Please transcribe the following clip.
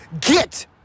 get